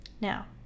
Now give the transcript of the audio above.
Now